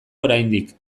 oraindik